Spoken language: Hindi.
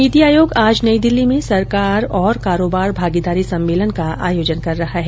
नीति आयोग आज नई दिल्ली में सरकार और कारोबार भागीदारी सम्मेलन का आयोजन कर रहा है